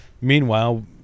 Meanwhile